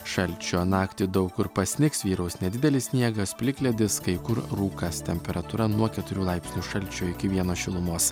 šalčio naktį daug kur pasnigs vyraus nedidelis sniegas plikledis kai kur rūkas temperatūra nuo keturių laipsnių šalčio iki vieno šilumos